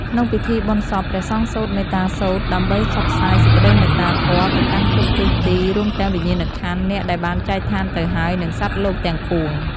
ក្នុងពិធីបុណ្យសព ព្រះសង្ឃសូត្រមេត្តាសូត្រ ដើម្បីផ្សព្វផ្សាយសេចក្តីមេត្តាធម៌ទៅកាន់គ្រប់ទិសទី រួមទាំងវិញ្ញាណក្ខន្ធអ្នកដែលបានចែកឋានទៅហើយ និងសត្វលោកទាំងពួង។